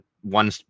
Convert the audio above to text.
one